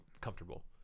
comfortable